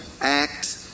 act